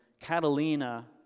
Catalina